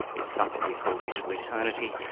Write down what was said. it's something we call digital eternity,